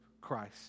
Christ